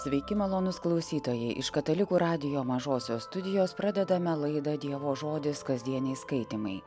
sveiki malonūs klausytojai iš katalikų radijo mažosios studijos pradedame laidą dievo žodis kasdieniai skaitymai